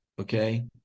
Okay